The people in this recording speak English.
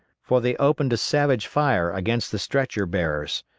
for they opened a savage fire against the stretcher-bearers.